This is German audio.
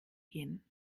gehen